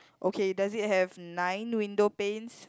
okay does it have nine window paints